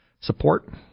support